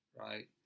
right